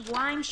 שבועיים,